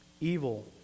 evil